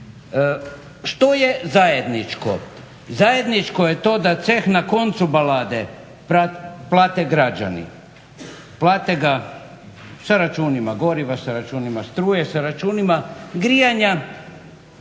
Što je zajedničko, zajedničko je to da ceh na koncu balade plate građani, plate ga sa računima gorima, sa računima struje, sa računima grijanja